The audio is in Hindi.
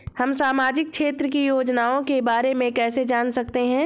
हम सामाजिक क्षेत्र की योजनाओं के बारे में कैसे जान सकते हैं?